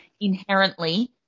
Inherently